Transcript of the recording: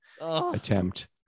attempt